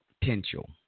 Potential